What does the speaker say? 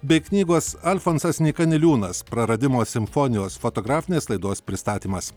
bei knygos alfonsas nyka niliūnas praradimo simfonijos fotografinės laidos pristatymas